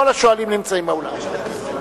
כל השואלים נמצאים באולם.